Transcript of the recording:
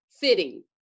fitting